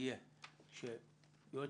שם המדינה,